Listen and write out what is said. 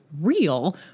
real